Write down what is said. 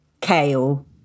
kale